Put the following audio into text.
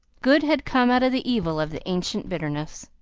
good had come out of the evil of the ancient bitterness.